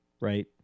right